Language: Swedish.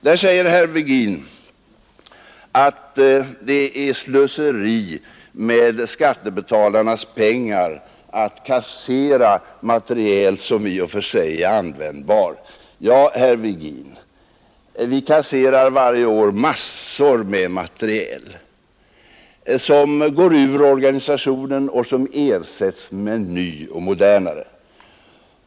Herr Virgin säger att det är slöseri med skattebetalarnas pengar att kassera materiel som i och för sig är användbar. Ja, herr Virgin, vi kasserar varje år massor med materiel som går ur organisationen och ersätts med nya och modernare.